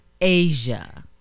Asia